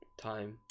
time